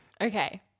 Okay